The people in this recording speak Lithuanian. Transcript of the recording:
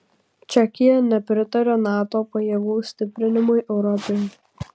čekija nepritaria nato pajėgų stiprinimui europoje